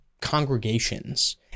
congregations